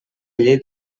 llei